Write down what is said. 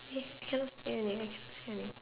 eh we cannot speak your name we cannot say your name